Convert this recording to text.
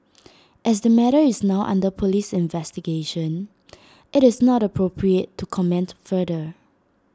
as the matter is now under Police investigation IT is not appropriate to comment further